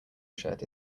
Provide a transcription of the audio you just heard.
shirt